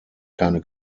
keine